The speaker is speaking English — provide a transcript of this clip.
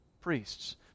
priests